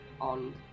on